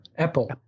Apple